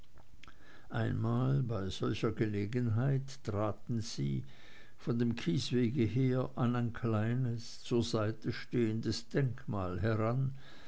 einmal bei solcher gelegenheit traten sie von dem kiesweg her an ein kleines zur seite stehendes denkmal heran